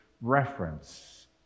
reference